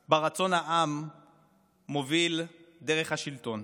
שבה רצון העם מוביל את דרך השלטון.